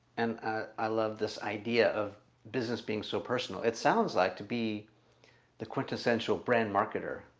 and i love this idea of business being so personal it sounds like to be the quintessential brand marketer,